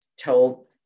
told